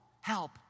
help